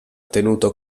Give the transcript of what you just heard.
tenuto